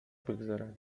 بگذارند